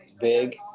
Big